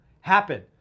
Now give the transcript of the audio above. happen